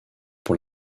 pour